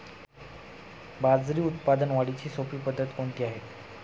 बाजरी उत्पादन वाढीची सोपी पद्धत कोणती आहे?